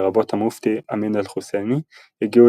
לרבות המופתי אמין אל-חוסייני הגיעו